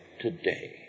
today